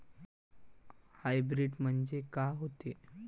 Hybrid म्हनजे का होते?